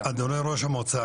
אדוני ראש המועצה,